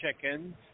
chickens